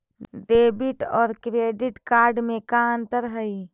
Debit और credit card में का अंतर हइ?